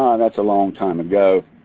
that's a long time ago.